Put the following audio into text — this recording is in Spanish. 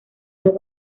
dos